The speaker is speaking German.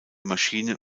maschine